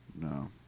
No